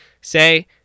say